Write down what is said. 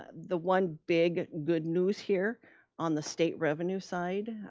ah the one big good news here on the state revenue side,